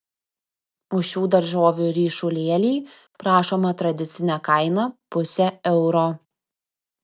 už šių daržovių ryšulėlį prašoma tradicinė kaina pusė euro